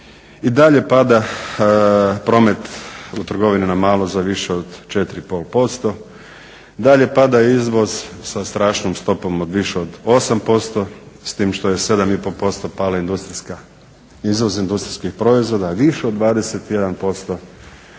I dalje pada promet u trgovinama na malo za više od 4,5%. Dalje pada izvoz sa strašnom stopom od više od 8%, s time što je 7,5% pala industrijska, izvoz industrijskih proizvoda više od 21%